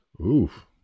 Oof